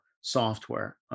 software